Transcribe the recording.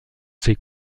ces